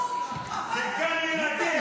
ככה מתנהלת כנסת.